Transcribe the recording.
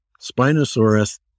Spinosaurus